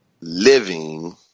living